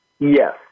Yes